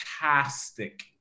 fantastic